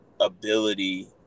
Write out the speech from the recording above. ability